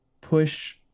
push